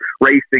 racing